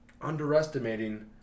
underestimating